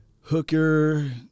Hooker